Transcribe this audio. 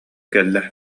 кэллэ